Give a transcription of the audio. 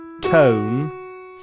tone